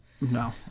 No